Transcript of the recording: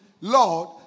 Lord